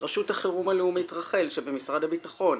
רשות החירום הלאומית רח"ל במשרד הביטחון,